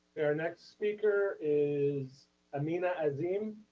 our next speaker is amina azim,